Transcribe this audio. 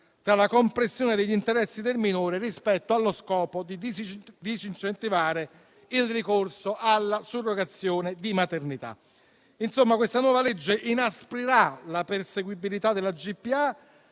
della compressione degli interessi del minore rispetto allo scopo di disincentivare il ricorso alla surrogazione di maternità. Insomma, questa nuova legge inasprirà la perseguibilità della GPA